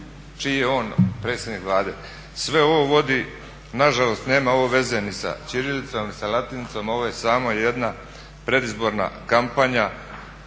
Čiji je on predsjednik Vlade? Sve ovo vodi, nažalost nema ovo veze ni sa ćirilicom, ni sa latinicom, ovo je samo jedna predizborna kampanja.